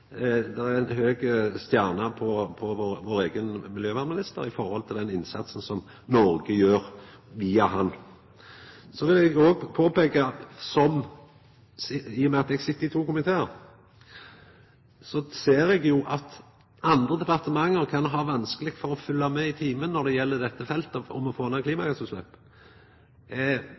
den innsatsen som Noreg gjer via han. Så vil eg òg peika på at i og med at eg sit i to komitear, ser eg at andre departement kan ha vanskeleg for å følgja med i timen når det gjeld dette feltet, det å få